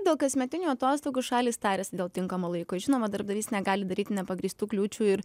dėl kasmetinių atostogų šalys tariasi dėl tinkamo laiko žinoma darbdavys negali daryti nepagrįstų kliūčių ir